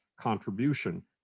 contribution